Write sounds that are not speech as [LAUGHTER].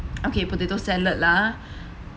okay potato salad lah [BREATH]